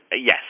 Yes